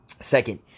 Second